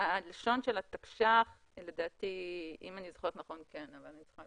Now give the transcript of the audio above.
אם אני זוכרת נכון, כן, אבל אני צריכה להסתכל.